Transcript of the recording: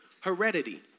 heredity